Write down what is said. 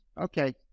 Okay